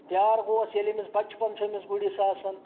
ییار گووُس ییٚلہِ أمِس بچپن چھُ أمِس گُرِس آسان